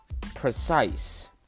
precise